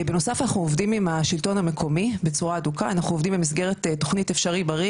בנוסף אנחנו עובדים עם השלטון המקומי בצורה הדוקה במסגרת תוכנית אפשרי-בריא